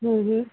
हूं हूं